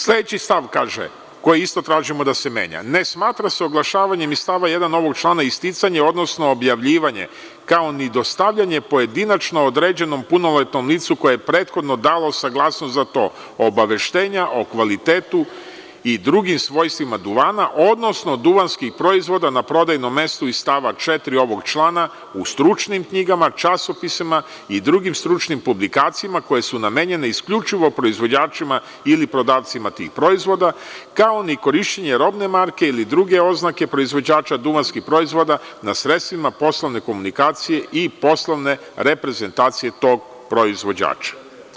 Sledeći stav koji isto tražimo da se menja kaže – ne smatra se oglašavanjem iz stava 1. ovog člana isticanje, odnosno objavljivanje, kao ni dostavljanje pojedinačno određenom punoletnom licu koje je prethodno dalo saglasnost za to, obaveštenja o kvalitetu i drugim svojstvima duvana, odnosno duvanskih proizvoda na prodajnom mestu iz stava 4. ovog člana u stručnim knjigama, časopisima i drugim stručnim publikacijama, koje su namenjene isključivo proizvođačima ili prodavcima tih proizvoda, kao ni korišćenje robne marke ili druge oznake proizvođača duvanskih proizvoda na sredstvima poslovne komunikacije i poslovne reprezentacije tog proizvođača.